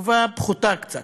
התגובה פחותה קצת.